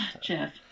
Jeff